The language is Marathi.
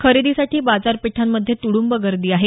खरेदीसाठी बाजारपेठांमधे तुडुंब गर्दी आहे